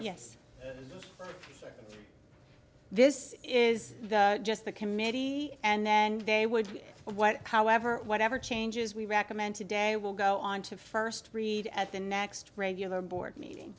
yes this is just the committee and they would what however whatever changes we recommend today will go on to first read at the next regular board meeting